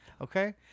Okay